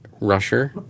rusher